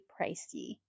pricey